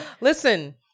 listen